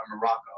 Morocco